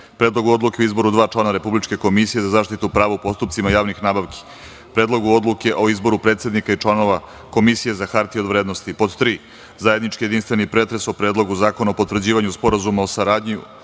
Predlogu odluke o izboru dva člana Republičke komisije za zaštitu prava u postupcima javnih nabavki, Predlogu odluke o izboru predsednika i članova Komisije za hartije od vrednosti; 3) zajednički jedinstveni pretres o: Predlogu zakona o potvrđivanju Sporazuma o saradnji